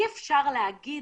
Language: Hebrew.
אי-אפשר להגיד